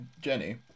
Jenny